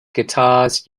guitars